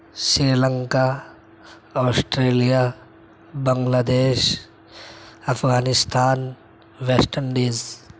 Sri Lanka Australia Bangladesh Afghanistan West Indies